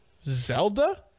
Zelda